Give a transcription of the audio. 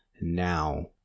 now